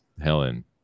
Helen